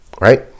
right